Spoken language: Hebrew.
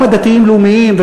גם הדתיים-לאומיים,